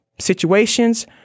situations